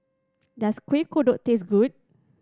does Kuih Kodok taste good